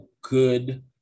good